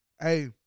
Hey